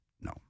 No